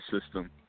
system